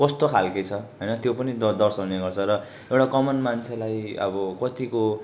कस्तो खालके छ होइन त्यो पनि द दर्साउने गर्छ र एउटा कमन मान्छेलाई अब कत्तिको